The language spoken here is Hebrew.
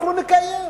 אנחנו נקיים.